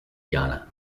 ghana